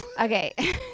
Okay